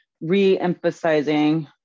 re-emphasizing